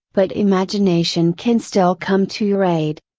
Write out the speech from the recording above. but imagination can still come to your aid.